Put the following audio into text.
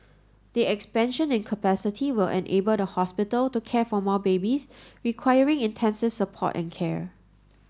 the expansion in capacity will enable the hospital to care for more babies requiring intensive support and care